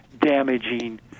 damaging